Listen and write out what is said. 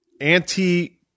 Anti